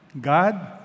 God